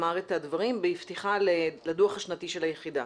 אמר את הדברים בפתיחה לדוח השנתי של היחידה